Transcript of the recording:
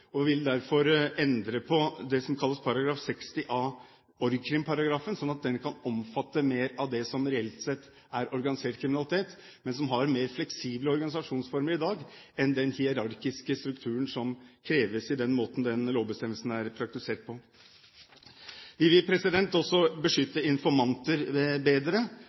vil derfor endre § 60 a, den såkalte organisert kriminalitet-paragrafen, slik at den kan omfatte mer av det som reelt sett er organisert kriminalitet, men som har mer fleksible organisasjonsformer i dag enn den hierarkiske strukturen som kreves for å praktisere denne lovbestemmelsen. Vi vil også beskytte informanter bedre,